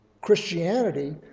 Christianity